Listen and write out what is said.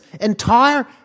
entire